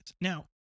Now